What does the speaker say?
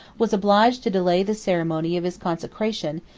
was obliged to delay the ceremony of his consecration,